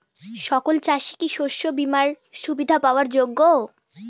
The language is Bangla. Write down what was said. সকল চাষি কি শস্য বিমার সুবিধা পাওয়ার যোগ্য?